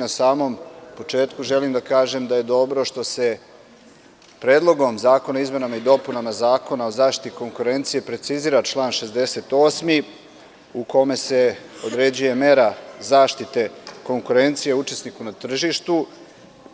Na samom početku želim da kažem da je dobro što se Predlogom zakona o izmenama i dopunama Zakona o zaštiti konkurencije precizira član 68. u kome se određuje mera zaštite konkurencije učesniku na tržištu